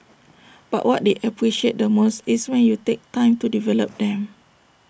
but what they appreciate the most is when you take time to develop them